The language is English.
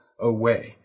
away